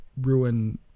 ruin